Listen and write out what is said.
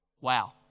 Wow